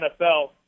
NFL